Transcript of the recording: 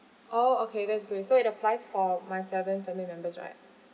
orh okay that's great so it applies for my seven family members right